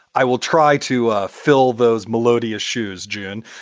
i will try to fill those melodia shoes, june.